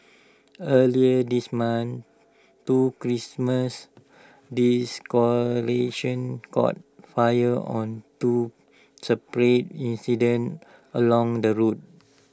earlier this month two Christmas caught fire on two separate incidents along the road